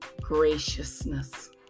graciousness